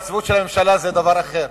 והצביעות של הממשלה זה דבר אחר.